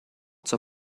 zur